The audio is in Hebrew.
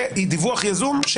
ודיווח יזום,